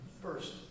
First